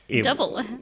double